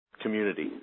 community